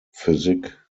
physik